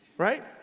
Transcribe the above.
Right